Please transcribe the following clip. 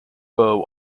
bow